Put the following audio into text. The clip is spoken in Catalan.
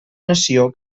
nació